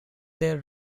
their